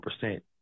percent